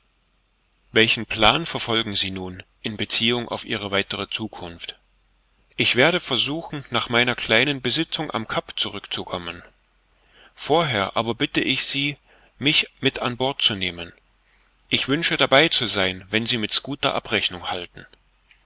welchen plan verfolgen sie nun in beziehung auf ihre weitere zukunft ich werde suchen nach meiner kleinen besitzung am kap zurückzukommen vorher aber bitte ich sie mich mit an bord zu nehmen ich wünsche dabei zu sein wenn sie mit schooter abrechnung halten